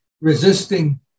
resisting